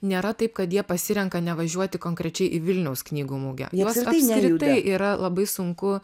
nėra taip kad jie pasirenka nevažiuoti konkrečiai į vilniaus knygų mugę juos apskritai yra labai sunku